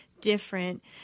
different